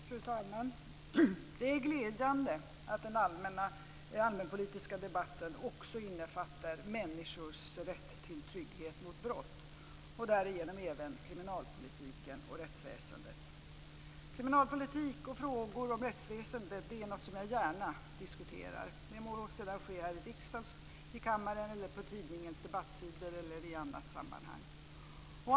Fru talman! Det är glädjande att den allmänpolitiska debatten också innefattar människors rätt till trygghet mot brott och därigenom även kriminalpolitiken och rättsväsendet. Kriminalpolitik och frågor om rättsväsendet är något som jag gärna diskuterar. Det må sedan ske här i riksdagens kammare, på tidningars debattsidor eller i annat sammanhang.